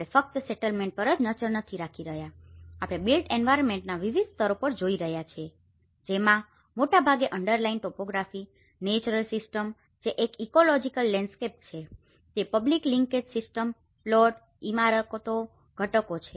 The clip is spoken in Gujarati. આપણે ફક્ત સેટલ્મેન્ટ પર જ નજર રાખી રહ્યા નથી આપણે બિલ્ટ એન્વાયરમેન્ટના વિવિધ સ્તરો પણ જોઈ રહ્યા છીએ જેમાં મોટાભાગે અંડરલાયિંગ ટોપોગ્રાફી નેચરલ સીસ્ટમ જે એક ઇકોલોજીકલ લેન્ડસ્કેપ છે તે પબ્લિક લિન્કેજ સિસ્ટમ પ્લોટ ઇમારતો ઘટકો છે